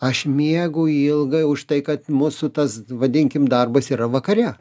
aš miegu ilgai už tai kad mūsų tas vadinkim darbas yra vakare